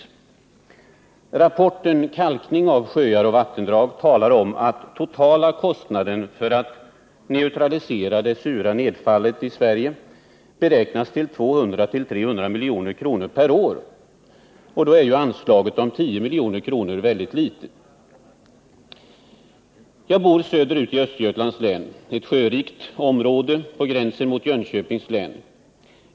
I rapporten Kalkning av sjöar och vattendrag nämns att den totala kostnaden för att neutralisera det sura nedfallet i Sverige beräknas till 200-300 milj.kr. per år. Då är ju anslaget på 10 milj.kr. mycket litet. Jag bor söderut i Östergötlands län, i ett sjörikt område på gränsen till Jönköpings län.